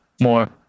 more